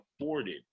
afforded